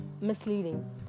misleading